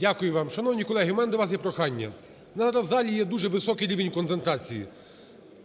Дякую вам. Шановні колеги, в мене до вас є дуже велике прохання. Зараз в залі є дуже високий рівень концентрації.